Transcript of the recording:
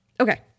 Okay